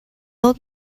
old